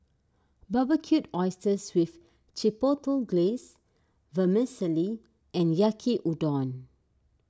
Barbecued Oysters with Chipotle Glaze Vermicelli and Yaki Udon